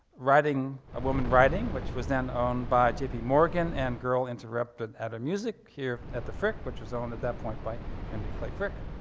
a woman writing, which was then owned by j p. morgan, and girl interupted at a music, here at the frick which was owned at that point by henry clay frick.